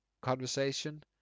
conversation